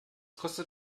kostet